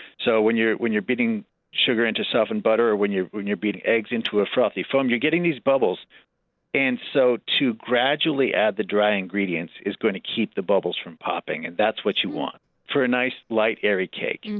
so when you're when you're beating sugar into softened butter or when you're beating eggs into a frothy foam, you're getting these bubbles and so to gradually add the dry ingredients is going to keep the bubbles from popping and that's what you want for a nice light, airy cake. and